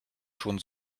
schon